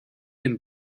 and